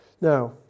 Now